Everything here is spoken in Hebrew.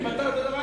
הנה, פתרת את הבעיה.